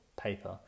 paper